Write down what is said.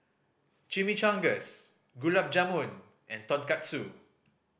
Chimichangas Gulab Jamun and Tonkatsu